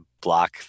block